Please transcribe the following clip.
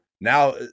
Now